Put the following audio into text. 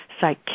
psych